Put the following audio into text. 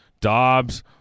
Dobbs